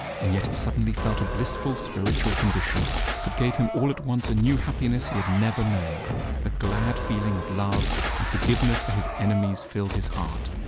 and yet he suddenly felt a blissful spiritual condition that gave him all at once a new happiness he had never known a glad feeling of love and forgiveness for his enemies filled his heart.